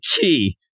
key